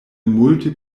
multe